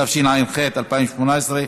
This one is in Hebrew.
התשע"ח 2018,